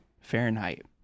Fahrenheit